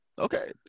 Okay